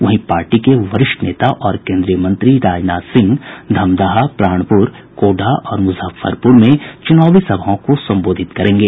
वहीं पार्टी के वरिष्ठ नेता और केन्द्रीय मंत्री राजनाथ सिंह धमदाहा प्राणपुर कोढ़ा और मुजफ्फरपुर में चुनावी सभाओं को संबोधित करेंगे